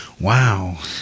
Wow